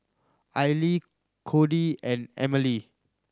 Aili Cody and Emile